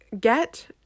get